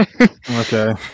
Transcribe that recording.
Okay